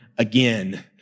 Again